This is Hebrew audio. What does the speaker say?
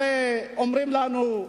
הרי אומרים לנו: